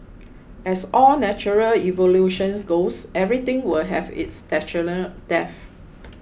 as all natural evolution goes everything will have its natural death